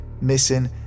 Missing